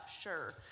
sure